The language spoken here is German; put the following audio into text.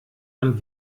man